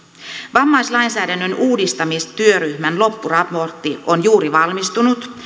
vammaislainsäädännön uudistamistyöryhmän loppuraportti on juuri valmistunut